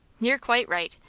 you're quite right.